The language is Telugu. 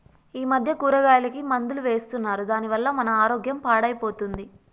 ఈ మధ్య కూరగాయలకి మందులు వేస్తున్నారు దాని వల్ల మన ఆరోగ్యం పాడైపోతుంది